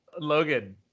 Logan